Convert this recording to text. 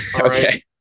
Okay